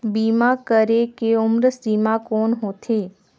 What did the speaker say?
बीमा करे के उम्र सीमा कौन होथे?